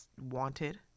wanted